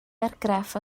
argraff